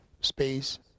space